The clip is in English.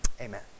Amen